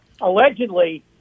allegedly